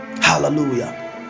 hallelujah